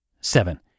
Seven